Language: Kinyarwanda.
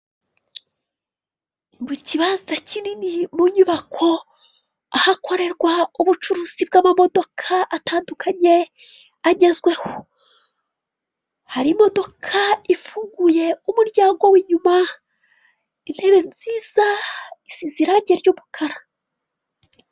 Mu kibanza kinini mu nyubako, ahakorerwa ubucuruzi bw'amamodoka atandukanye agezweho, hari imodoka ifunguye umuryango w'inyuma intebe nziza isi zirangi ry'mukara.